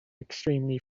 extremely